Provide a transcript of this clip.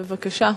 בבקשה.